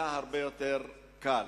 היה הרבה יותר קל.